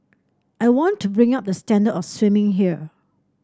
I want to bring up the standard of swimming here